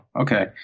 okay